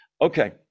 Okay